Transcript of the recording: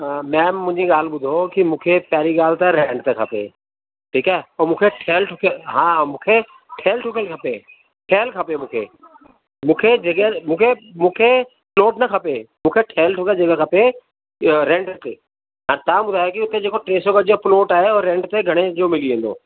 ma'am मुंहिंजी ॻाल्हि ॿुधो की मूखे पहिरीं ॻाल्हि त रेंट ते खपे ठीकु आहे पोइ मूंखे ठहियलु ठुकियलु हा मूंखे ठहियलु ठुकियलु खपे ठहियलु खपे मूंखे मूंखे जॻह मूंखे मूंखे प्लॉट न खपे मूंखे ठहियलु ठुकियलु जॻह खपे रेंट ते तव्हां ॿुधायो की उते जे को टे सौ प्लॉट आहे रेंट ते घणे जो मिली वेंदो